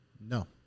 no